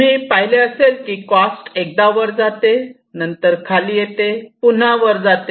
तुम्ही पाहिले असेल की कॉस्ट एकदा वर जाते नंतर खाली येते व पुन्हा वर जाते